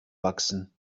wachsen